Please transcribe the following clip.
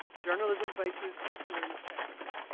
journalism faces serious challenges.